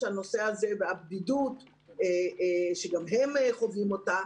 הבדידות שגם הם חווים כן